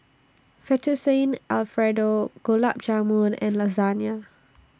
Fettuccine Alfredo Gulab Jamun and Lasagna